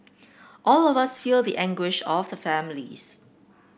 all of us feel the anguish of the families